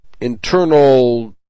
internal